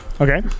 Okay